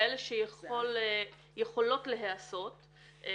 כאלה שיכולות להיעשות.